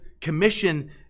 commission